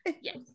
Yes